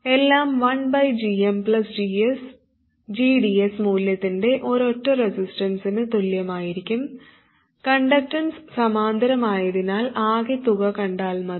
എല്ലാം 1gm gds മൂല്യത്തിൻറെ ഒരൊറ്റ റെസിസ്റ്ററിന് തുല്യമായിരിക്കും കണ്ടക്ടൻസ് സമാന്തരമായതിനാൽ ആകെ തുക കണ്ടാൽ മതി